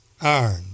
iron